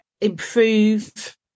improve